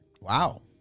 Wow